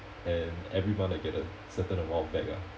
and every month I get a certain amount back ah